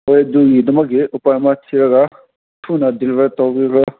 ꯍꯣꯏ ꯑꯗꯨꯒꯤꯗꯃꯛ ꯎꯄꯥꯏ ꯑꯃ ꯊꯤꯔꯒ ꯊꯨꯅ ꯗꯤꯂꯤꯚꯔ ꯇꯧꯕꯤꯔꯣ